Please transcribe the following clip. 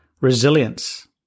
resilience